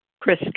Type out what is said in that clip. Chris